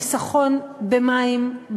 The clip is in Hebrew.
חיסכון במים,